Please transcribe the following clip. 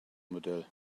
modell